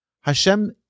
Hashem